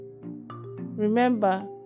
remember